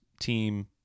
team